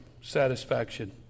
satisfaction